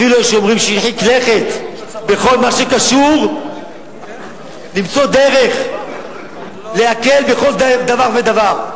אפילו יש אומרים שהרחיק לכת בכל מה שקשור למציאת דרך להקל בכל דבר ודבר.